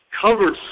covered